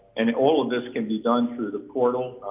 and all of this can be done through the portal.